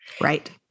Right